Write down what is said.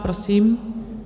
Prosím.